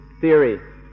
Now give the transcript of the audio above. theory